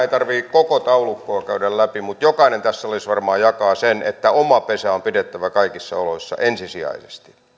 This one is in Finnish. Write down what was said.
ei tarvitse koko taulukkoa käydä läpi mutta jokainen tässä salissa varmaan jakaa sen käsityksen että oma pesä on pidettävä kaikissa oloissa ensisijaisesti